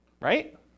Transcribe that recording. Right